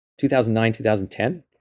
2009-2010